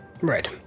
Right